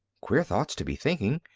queer thoughts to be thinking!